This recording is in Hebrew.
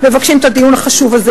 מבקשים את הדיון החשוב הזה.